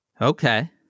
Okay